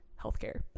healthcare